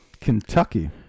Kentucky